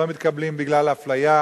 לא מתקבלים בגלל אפליה,